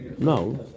No